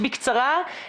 להשפעות של הנרגילה.